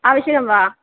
आवश्यकं वा